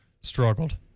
struggled